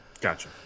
gotcha